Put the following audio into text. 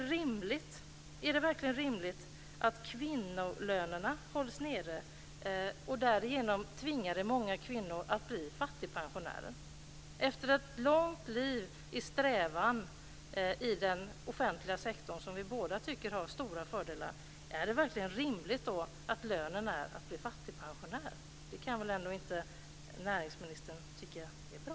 Är det verkligen rimligt att kvinnolönerna hålls nere? Därigenom tvingas många kvinnor att bli fattigpensionärer. Efter ett långt liv i strävan i den offentliga sektorn, som vi båda tycker har stora fördelar - är det verkligen rimligt då att lönen är att bli fattigpensionär? Det kan väl ändå inte näringsministern tycka är bra.